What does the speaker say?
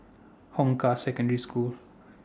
Hong Kah Secondary School